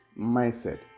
mindset